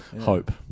hope